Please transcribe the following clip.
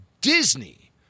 Disney